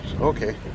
Okay